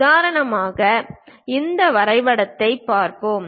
உதாரணமாக இந்த வரைபடத்தைப் பார்ப்போம்